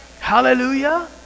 Hallelujah